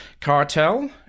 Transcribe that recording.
Cartel